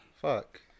Fuck